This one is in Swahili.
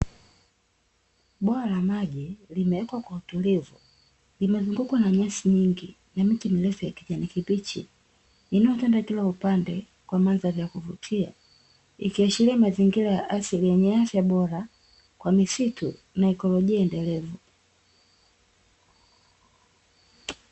Bwala la maji limewekwa kwa utulivu, limezungukwa na nyasi nyingi na miti mirefu ya kijani kibichi inayotanda kila upande kwa mandhari ya kuvutia, ikiashiria mazingira ya asili yenye afya bora kwa misitu na ekolojia endelevu.